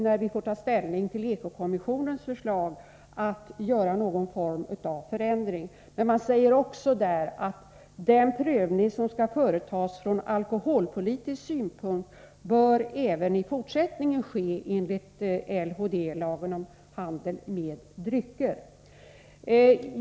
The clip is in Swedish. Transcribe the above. När vi får ta ställning till EKO-kommissionens förslag kan det alltså vara skäl att göra någon form av förändring. Men man säger också att den prövning som skall företas från alkoholpolitisk synpunkt även i fortsättningen bör ske enligt LHD, lagen om handel med drycker.